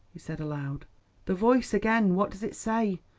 he said aloud the voice again. what does it say?